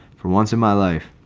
for once in my life.